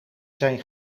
zijn